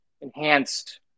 enhanced